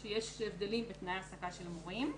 יש הבדלים בתנאי ההעסקה של המורים.